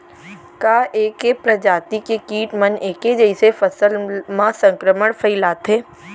का ऐके प्रजाति के किट मन ऐके जइसे फसल म संक्रमण फइलाथें?